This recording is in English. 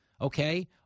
okay